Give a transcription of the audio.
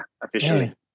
officially